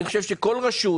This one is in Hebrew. אני חושב שכל רשות